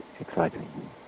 exciting